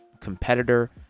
competitor